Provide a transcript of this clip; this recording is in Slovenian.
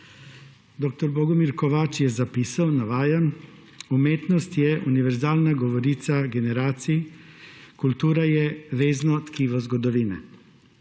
dr. Bogomir Kovač je zapisal, navajam: »Umetnost je univerzalna govorica generacij, kultura je vezno tkivo zgodovine,